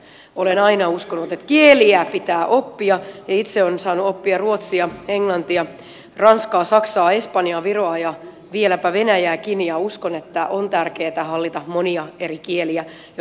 olen aina uskonut että kieliä pitää oppia ja itse olen saanut oppia ruotsia englantia ranskaa saksaa espanjaa viroa ja vieläpä venäjääkin ja uskon että on tärkeää hallita monia eri kieliä jotta pärjää